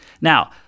Now